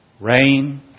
rain